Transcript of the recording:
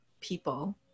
people